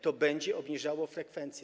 To będzie obniżało frekwencję.